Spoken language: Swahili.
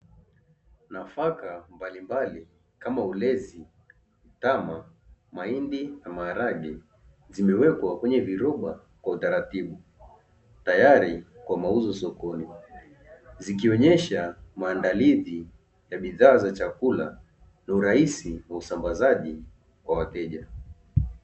Nafaka mbalimbali, kama; ulezi, mtama, mahindi, na maharage, zimewekwa kwenye viroba kwa utaratibu, tayari kwa mauzo sokoni, zikionyesha maandalizi ya bidhaa za chakula na urahisi wa usambazaji kwa wateja.